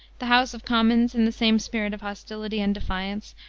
the house of commons, in the same spirit of hostility and defiance,